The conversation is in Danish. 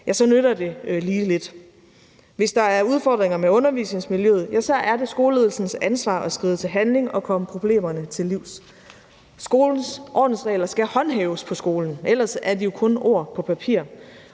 ja, så nytter det lige lidt. Hvis der er udfordringer med undervisningsmiljøet, ja, så er det skoleledelsens ansvar at skride til handling og komme problemerne til livs. Skolens ordensregler skal håndhæves på skolen. Ellers er de jo kun ord på papir,